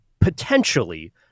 potentially